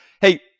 Hey